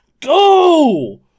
go